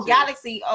Galaxy